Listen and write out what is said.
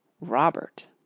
Robert